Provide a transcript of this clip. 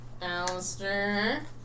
Alistair